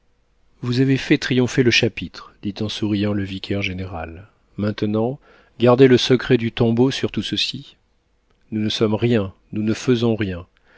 vous avez fait triompher le chapitre dit en souriant le vicaire-général maintenant gardez le secret du tombeau sur tout ceci nous ne sommes rien nous ne faisons rien